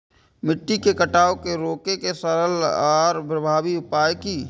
मिट्टी के कटाव के रोके के सरल आर प्रभावी उपाय की?